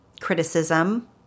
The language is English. criticism